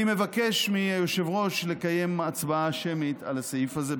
אני מבקש מהיושב-ראש לקיים הצבעה שמית על הסעיף הזה,